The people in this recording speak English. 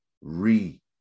re